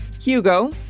Hugo